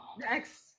Next